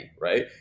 right